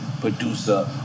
producer